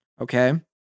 Okay